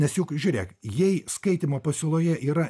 nes juk žiūrėk jei skaitymo pasiūloje yra